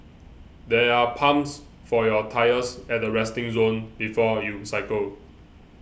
there are pumps for your tyres at the resting zone before you cycle